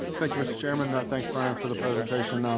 thank you, mr. chairman. thanks, brian, for the presentation. and um